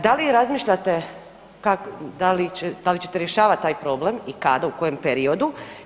Da li razmišljate, da li ćete rješavati taj problem i kada, u kojem periodu?